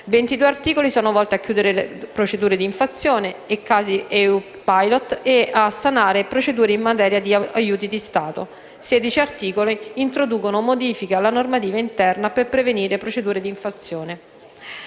22 articoli sono volti a chiudere procedure d'infrazione e casi EU Pilot e a sanare procedure in materia di aiuti di Stato; 16 articoli introducono modifiche alla normativa interna per prevenire procedure d'infrazione.